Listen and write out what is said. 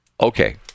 Okay